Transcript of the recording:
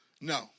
No